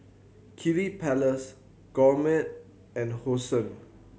Kiddy Palace Gourmet and Hosen